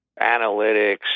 analytics